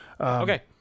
Okay